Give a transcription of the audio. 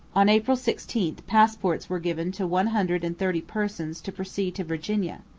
on april sixteen passports were given to one hundred and thirty persons to proceed to virginia.